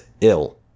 ill